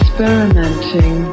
experimenting